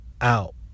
out